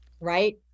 Right